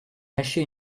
lâché